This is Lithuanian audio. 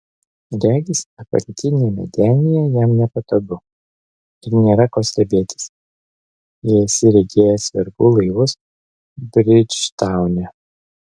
regis apatiniame denyje jam nepatogu ir nėra ko stebėtis jei esi regėjęs vergų laivus bridžtaune